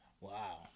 Wow